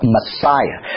Messiah